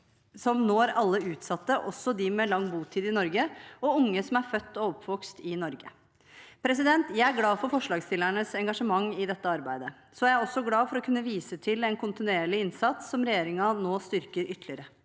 som når alle utsatte, også de med lang botid i Norge, og unge som er født og oppvokst i Norge. Jeg er glad for forslagsstillernes engasjement i dette arbeidet. Så er jeg også glad for å kunne vise til en kontinuerlig innsats, som regjeringen nå styrker ytterligere.